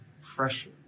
pressure